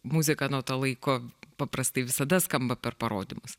muzika nuo to laiko paprastai visada skamba per parodymus